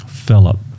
Philip